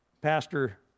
Pastor